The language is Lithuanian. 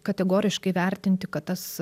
kategoriškai vertinti kad tas